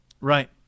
Right